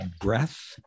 breath